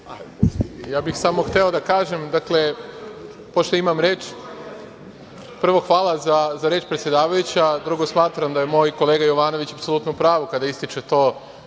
Ja bih samo hteo da kažem pošto imam reč, prvo hvala za reč predsedavajuća. Drugo smatram da je moj kolega Jovanović apsolutno u pravu kada ističe to